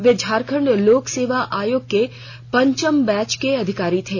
वे झारखण्ड लोक सेवा आयोग के पंचम बैच के अधिकारी थे